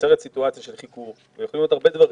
שנוצרת סיטואציה של חיכוך ויכולים להיות הרבה דברים.